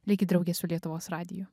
likit drauge su lietuvos radiju